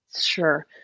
Sure